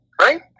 right